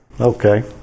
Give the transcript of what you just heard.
Okay